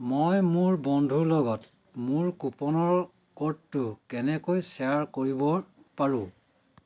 মই মোৰ বন্ধুৰ লগত মোৰ কুপনৰ ক'ডটো কেনেকৈ শ্বেয়াৰ কৰিব পাৰোঁ